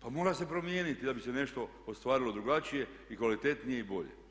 pa mora se promijeniti da bi se nešto ostvarilo drugačije i kvalitetnije i bolje.